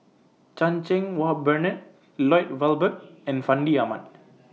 Chan Cheng Wah Bernard Lloyd Valberg and Fandi Ahmad